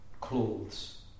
clothes